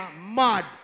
mad